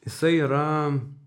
jisai yra